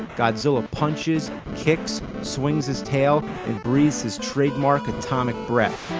godzilla punches, kicks, swings his tail and breathes his trademark atomic breath.